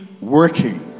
working